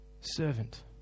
servant